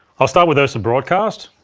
i'll start with ursa broadcast.